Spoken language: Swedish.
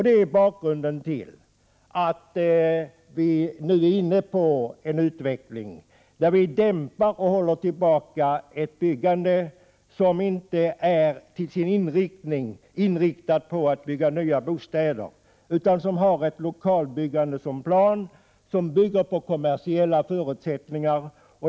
Detta är bakgrunden till att vi nu har slagit in på en utveckling, där vi dämpar och håller tillbaka ett byggande, som inte är inriktat på nya bostäder utan som har lokalbyggande som utgångspunkt och som bygger på kommersiella förutsättningar.